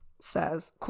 says